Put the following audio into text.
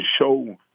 show